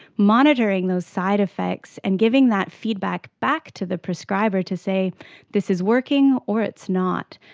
monitoring those side-effects and giving that feedback back to the prescriber to say this is working or it's not.